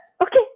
Okay